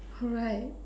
alright